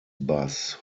bus